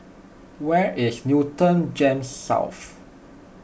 where is Newton Gems South